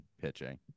pitching